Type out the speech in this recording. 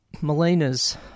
Molina's